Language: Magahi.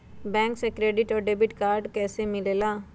बैंक से क्रेडिट और डेबिट कार्ड कैसी मिलेला?